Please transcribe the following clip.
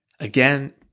Again